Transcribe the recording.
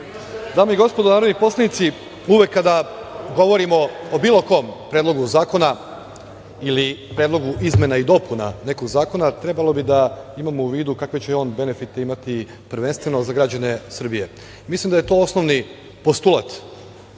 SNS.Dame i gospodo narodni poslanici, uvek kada govorimo o bilo kom predlogu zakona ili predlogu izmena i dopuna nekog zakona, trebalo bi da imamo u vidu kakve će on benefite imati prvenstveno za građane Srbije. Mislim da je to osnovni postulat,